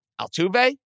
Altuve